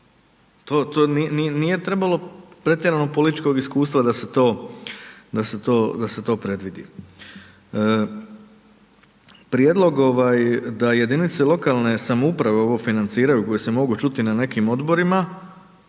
To nije trebalo pretjerano političkog iskustva da se to predvidi. Prijedlog da jedinice lokalne samouprave ovo financiraju koje se mogu čuti na nekim odborima,